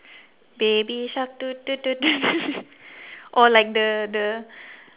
baby shark or like the the